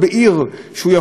שהוא יוכל לחיות בה,